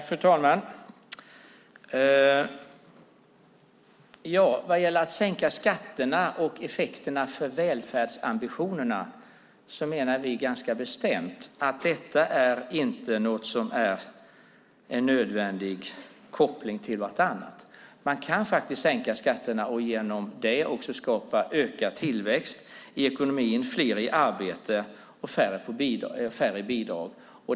Fru talman! Vad gäller att sänka skatterna och effekterna för välfärdsambitionerna menar vi ganska bestämt att det inte är en nödvändig koppling till vartannat. Man kan faktiskt sänka skatterna och genom det också skapa ökad tillväxt i ekonomin, fler i arbete och färre bidrag.